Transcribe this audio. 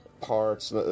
parts